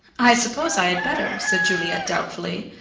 i suppose i had better, said juliet doubtfully.